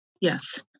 Yes